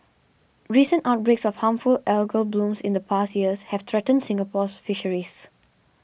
recent outbreaks of harmful algal blooms in the past years have threatened Singapore's Fisheries